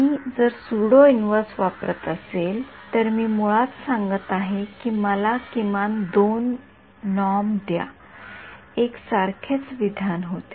मी जर pseudo inverse वापरत असेल तर मी मुळात सांगत आहे की मला किमान २ नॉर्मउपाय द्या एकसारखेच विधान होते